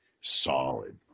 solid